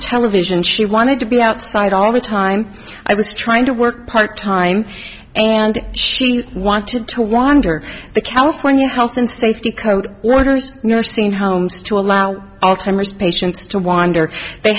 television she wanted to be outside all the time i was trying to work part time and she wanted to wander the california health and safety code orders nursing homes to allow all timers patients to wander they